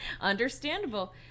understandable